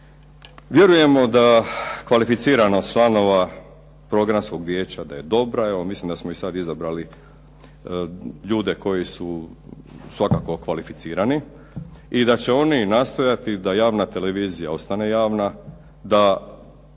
Vjerujemo da kvalificiranost članova Programskog vijeća da je dobra, evo mislim da smo i sad izabrali ljude koji su svakako kvalificirani i da će oni nastojati da javna televizija ostane javna,